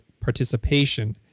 participation